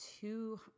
two